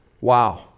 Wow